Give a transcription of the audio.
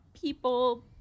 people